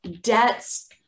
debts